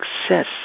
success